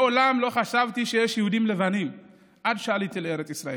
מעולם לא חשבתי שיש יהודים לבנים עד שעליתי לארץ ישראל.